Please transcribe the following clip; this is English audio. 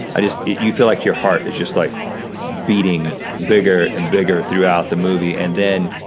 i just, you feel like your heart is just like beating bigger and bigger throughout the movie, and then